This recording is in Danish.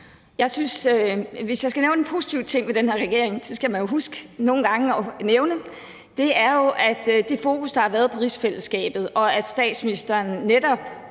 Hvis jeg skal nævne en positiv ting ved den her regering – det skal man jo huske nogle gange at nævne – så er det det fokus, der har været på rigsfællesskabet, og at statsministeren netop